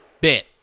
Bit